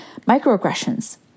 microaggressions